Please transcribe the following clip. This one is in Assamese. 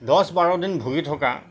দহ বাৰ দিন ভুগি থকা